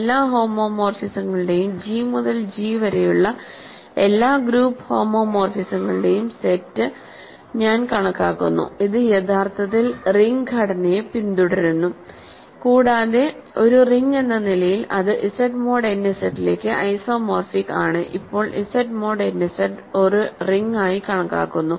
എല്ലാ ഹോമോമോർഫിസങ്ങളുടെയും ജി മുതൽ ജി വരെയുള്ള എല്ലാ ഗ്രൂപ്പ് ഹോമോമോർഫിസങ്ങളുടെയും സെറ്റ് ഞാൻ കണക്കാക്കുന്നു അത് യഥാർത്ഥത്തിൽ റിംഗ് ഘടനയെ പിന്തുടരുന്നു കൂടാതെ ഒരു റിങ് എന്ന നിലയിൽ ഇത് ഇസഡ് മോഡ് എൻ ഇസഡ് ലേക്ക് ഐസോമോർഫിക് ആണ് ഇപ്പോൾ Z മോഡ് n Z ഒരു റിംഗ് ആയി കണക്കാക്കുന്നു